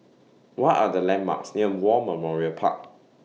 What Are The landmarks near War Memorial Park